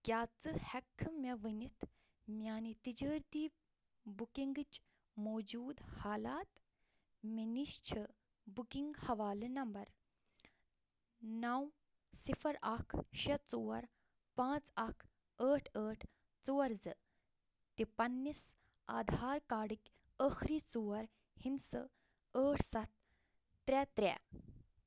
کیٛاہ ژٕ ہیککھٕ مےٚ ؤنِتھ میٛانہِ تجٲرتی بُکِنٛگٕچ موجوٗد حالات مےٚ نِش چھِ بُکِنٛگ حوالہٕ نمبر نَو صِفر اکھ شےٚ ژور پاںٛژھ اکھ ٲٹھ ٲٹھ ژور زٕ تہِ پننِٛس آدھار کارڈٕکۍ ٲخری ژور ہِنٛدسہٕ ٲٹھ سَتھ ترے ترے